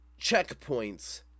checkpoints